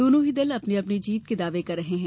दोनों ही दल अपनी अपनी जीत के दावे कर रहे हैं